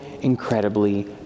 incredibly